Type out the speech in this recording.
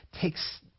takes